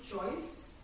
choice